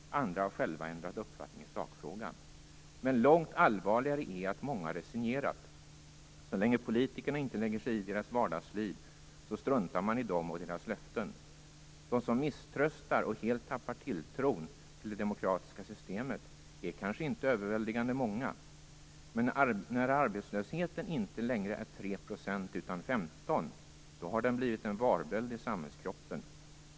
Andra har själva ändrat uppfattning i sakfrågan. Långt allvarligare är att många resignerat. Så länge politikerna inte lägger sig i ens vardagsliv struntar man i dem och deras löften. De som misströstar och helt tappar tilltron till det demokratiska systemet är kanske inte överväldigande många. Men när arbetslösheten inte längre är 3 % utan 15 % har den blivit en varböld i samhällskroppen.